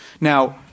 Now